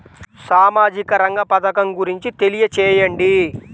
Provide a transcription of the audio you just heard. సామాజిక రంగ పథకం గురించి తెలియచేయండి?